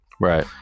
Right